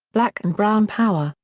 black and brown power,